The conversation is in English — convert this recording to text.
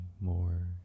more